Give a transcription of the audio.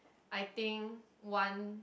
I think one